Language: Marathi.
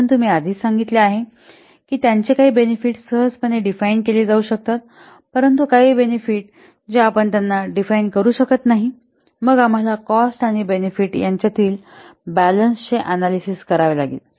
परंतु मी आधीच सांगितले आहे की त्यांचे काही बेनिफिट सहजपणे डिफाइन केले जाऊ शकतात परंतु काही बेनिफिट जे आपण त्यांना डिफाइन करू शकत नाही मग आम्हाला कॉस्ट आणि बेनिफिट यांच्यातील बॅलन्स चे अनॅलिसिस करावे लागेल